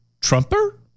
Trumper